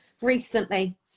recently